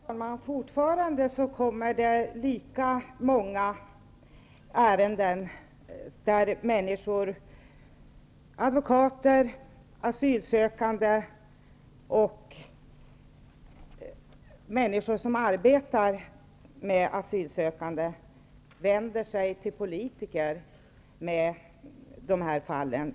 Herr talman! Fortfarande vänder sig lika många människor -- advokater, asylsökande och människor som arbetar med asylsökande -- till politiker om dessa ärenden.